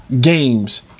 games